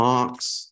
Mark's